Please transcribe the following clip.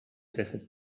desert